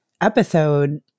episode